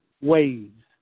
Waves